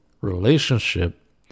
relationship